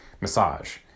Massage